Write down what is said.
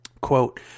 Quote